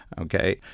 okay